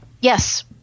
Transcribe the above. yes